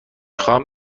خواهم